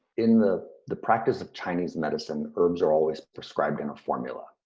in the the practice of chinese medicine, herbs are always prescribed in a formula.